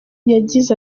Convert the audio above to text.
yagize